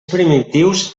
primitius